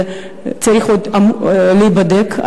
זה צריך עוד להיבדק,